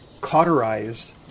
cauterized